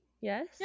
Yes